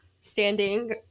standing